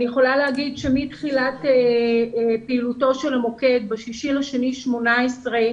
אני יכולה לומר שמתחילת פעילותו של המוקד ב-6 פברואר 2018,